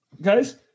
guys